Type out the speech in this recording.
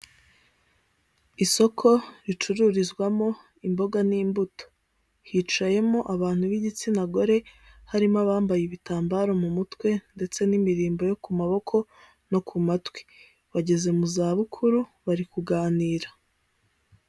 Isoko ricururizwamo imboga n'imbuto, hicayemo abantu b'igitsina gore harimo abambaye ibitambaro mu mutwe ndetse n'imirimbo yo ku maboko no ku matwi, bageze mu zabukuru bari kuganira.